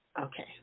Okay